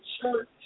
church